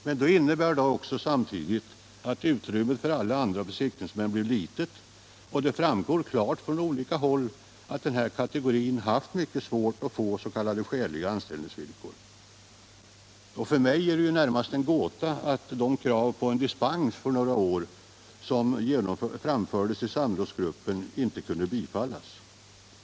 Men det innebar naturligtvis samtidigt att utrymmet för alla andra besiktningsmän blev desto mindre, och det framgår klart från olika håll att denna kategori haft mycket svårt att erhålla s.k. skäliga anställningsvillkor. För mig är det närmast en gåta att de krav på dispens för några år som framfördes i samrådsgruppen inte kunde bifallas.